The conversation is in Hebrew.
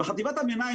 בחטיבת הביניים,